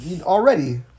already